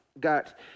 got